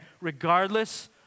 regardless